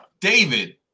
David